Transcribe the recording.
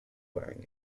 wearing